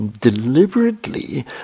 deliberately